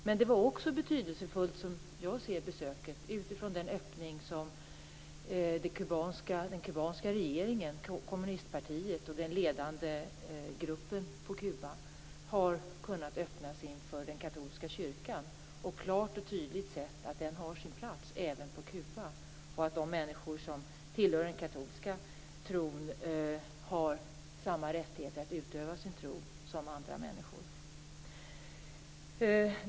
Besöket var också betydelsefullt utifrån den öppning den kubanska regeringen, kommunistpartiet och den ledande gruppen på Kuba har visat inför den katolska kyrkan och klart och tydligt sett att den även har sin plats på Kuba. De människor som tillhör den katolska tron har samma rättigheter att utöva sin tro som andra människor.